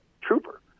trooper